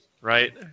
right